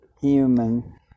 human